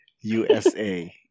USA